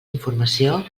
informació